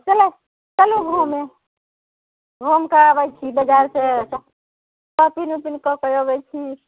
तऽ चलु चलु घूमै घूमिके अबैत छी बजार से शापिङ्ग ओपिङ्ग कएके अबैत छी